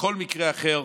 בכל מקרה אחר,